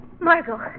Margot